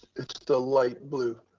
it's the light blue.